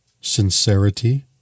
Sincerity